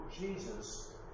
Jesus